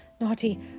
naughty